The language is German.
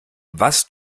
was